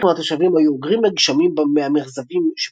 חלק מהתושבים היו אוגרים מי גשמים מהמרזבים שבגגות,